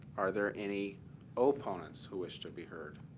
are there any opponents who wish to be heard?